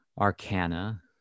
arcana